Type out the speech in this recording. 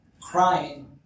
crying